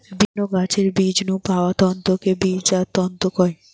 বিভিন্ন গাছের বীজ নু পাওয়া তন্তুকে বীজজাত তন্তু কয়